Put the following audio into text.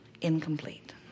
incomplete